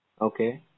Okay